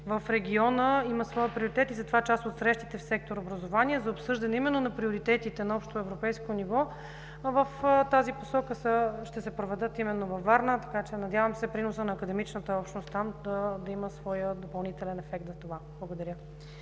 в региона има своя приоритет. Затова част от срещите в сектор „Образование“ за обсъждане именно на приоритетите на общоевропейско ниво в тази посока ще се проведат във Варна. Надявам се приносът на академичната общност там да има своя допълнителен ефект за това. Благодаря.